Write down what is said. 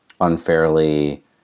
unfairly